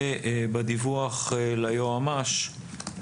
בדיווח ליועצת המשפטית לממשלה,